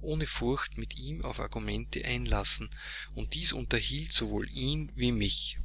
ohne furcht mit ihm auf argumente einlassen und dies unterhielt sowohl ihn wie mich